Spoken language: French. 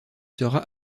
sera